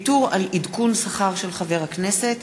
(ויתור על עדכון שכר של חבר הכנסת),